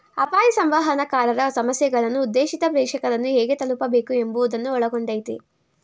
ಅಪಾಯ ಸಂವಹನಕಾರರ ಸಮಸ್ಯೆಗಳು ಉದ್ದೇಶಿತ ಪ್ರೇಕ್ಷಕರನ್ನು ಹೇಗೆ ತಲುಪಬೇಕು ಎಂಬುವುದನ್ನು ಒಳಗೊಂಡಯ್ತೆ